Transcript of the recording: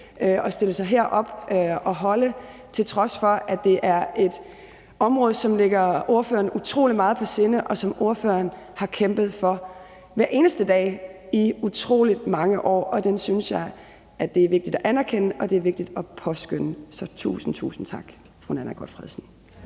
at stille sig herop og holde, til trods for at det er et område, som ligger ordføreren utrolig meget på sinde, og som ordføreren har kæmpet for hver eneste dag i utrolig mange år. Det synes jeg er vigtigt at anerkende og vigtigt at påskønne, så tusind, tusind tak,